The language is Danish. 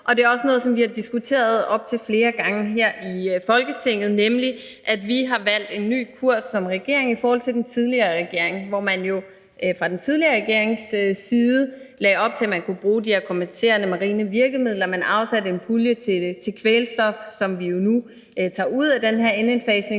Og det er også noget, som vi har diskuteret op til flere gange her i Folketinget, nemlig at vi har valgt en ny kurs som regering i forhold til den tidligere regering, hvor man fra den tidligere regerings side lagde op til, at man kunne bruge de kompenserende marine virkemidler. Man afsatte en pulje til kvælstof, som vi jo nu tager ud af den her indfasningsordning,